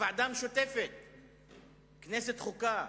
בוועדה משותפת כנסת-חוקה,